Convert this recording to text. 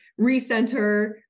recenter